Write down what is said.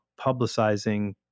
publicizing